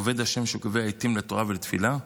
עובד השם שקובע עיתים לתורה ולתפילה,